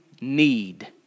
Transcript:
need